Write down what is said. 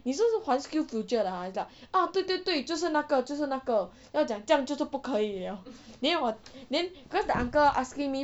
你是不是还 skills future 的 !huh! 啊对对对就是那个就是那个要讲这样就是不可以 liao then 我 then cause the uncle asking